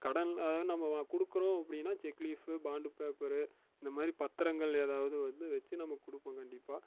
கடன் நம்ப கொடுக்குறோம் அப்படின்னா செக்லீஃப்பு பாண்டு பேப்பரு இந்தமாதிரி பத்திரங்கள் எதாவது வந்து வச்சு நம்ப கொடுப்போம் கண்டிப்பாக